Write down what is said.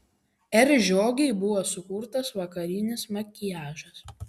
r žiogei buvo sukurtas vakarinis makiažas